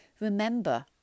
remember